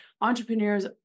entrepreneurs